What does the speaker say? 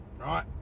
right